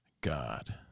God